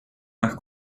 nach